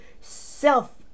Self